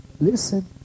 listen